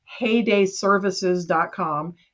heydayservices.com